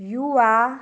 युवा